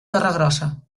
torregrossa